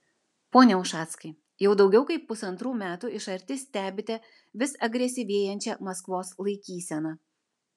pone ušackai jau daugiau kaip pusantrų metų iš arti stebite vis agresyvėjančią maskvos laikyseną